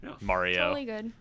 Mario